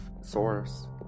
source